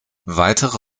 weitere